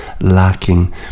lacking